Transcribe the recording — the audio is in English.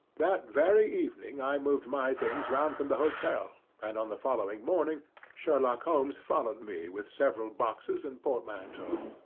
that very evening i moved my things round from the hotel, and on the following morning sherlock holmes followed me with several boxes and portmanteaus.